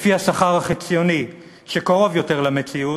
לפי השכר החציוני, שקרוב יותר למציאות,